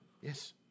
Yes